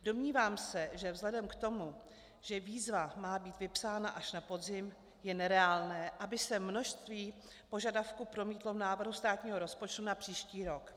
Domnívám se, že vzhledem k tomu, že výzva má být vypsána až na podzim, je nereálné, aby se množství požadavků promítlo v návrhu státního rozpočtu na příští rok.